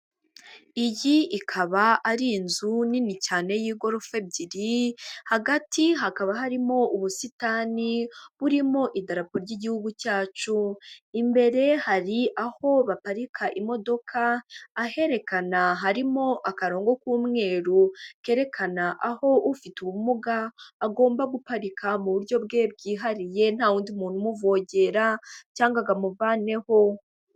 Iyi ikaba ari inzu nini cyane y'igorofa ebyiri, hagati hakaba harimo ubusitani burimo idarapo ry'igihugu cyacu, imbere hari aho baparika imodoka, aherekana harimo akarongo k'umweru kerekana aho ufite ubumuga agomba guparika mu buryo bwe bwihariye, nta wundi muntu umuvogera cyangwa ngo amuvaneho.